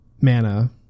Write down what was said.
mana